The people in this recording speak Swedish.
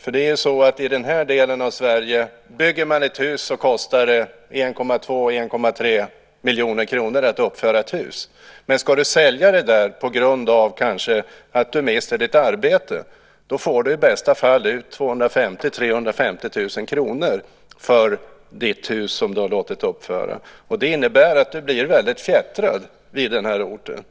Att uppföra ett hus i den här delen av Sverige kostar 1,2-1,3 miljoner kronor, men ska du sälja det på grund av att du kanske mister ditt arbete får du i bästa fall ut 250 000-350 000 kr för ditt hus som du har låtit uppföra. Det innebär att du blir väldigt fjättrad vid orten.